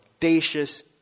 audacious